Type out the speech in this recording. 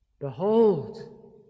behold